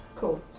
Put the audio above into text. Cool